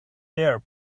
there